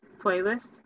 playlist